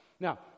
Now